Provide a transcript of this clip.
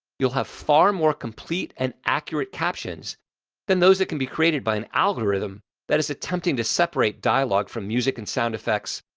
you'll have far more complete and accurate captions then those that can be created by an algorithm that is attempting to separate dialogue from music and sound effects,